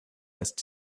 had